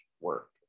work